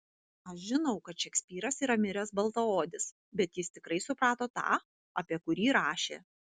aš žinau kad šekspyras yra miręs baltaodis bet jis tikrai suprato tą apie kurį rašė